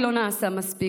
לא נעשה מספיק,